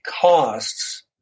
costs